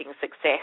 success